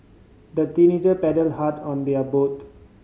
the teenager paddled hard on their boat